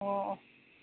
ꯑꯣ ꯑꯣ